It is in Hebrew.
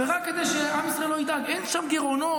רק כדי שעם ישראל לא ידאג, אין שם גירעונות.